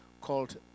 called